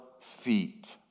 feet